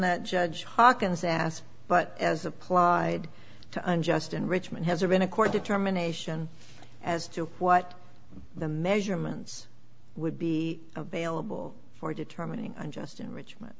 that judge hawkins asked but as applied to unjust enrichment has there been a court determination as to what the measurements would be available for determining unjust enrichment